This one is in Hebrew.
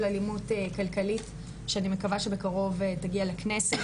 אלימות כלכלית שאני מקווה שבקרוב תגיע לכנסת.